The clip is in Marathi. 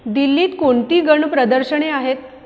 दिल्लीत कोणती गन प्रदर्शने आहेत